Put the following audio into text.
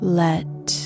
let